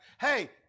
hey